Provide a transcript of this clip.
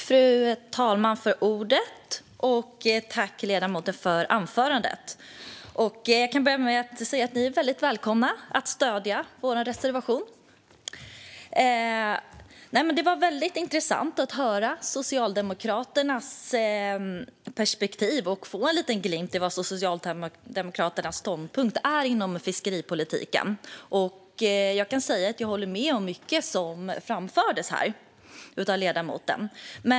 Fru talman! Tack, ledamoten, för anförandet! Låt mig börja med att säga att ni är välkomna att stödja vår reservation. Det var intressant att höra Socialdemokraternas perspektiv och att få en liten glimt av vad Socialdemokraternas ståndpunkt är inom fiskeripolitiken. Jag kan säga att jag håller med om mycket av det som framfördes här av ledamoten.